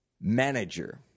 manager